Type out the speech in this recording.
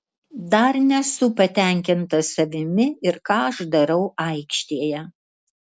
dar nesu patenkintas savimi ir ką aš darau aikštėje